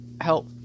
help